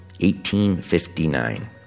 1859